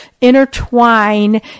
intertwine